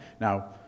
Now